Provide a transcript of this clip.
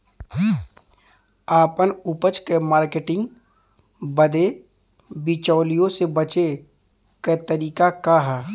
आपन उपज क मार्केटिंग बदे बिचौलियों से बचे क तरीका का ह?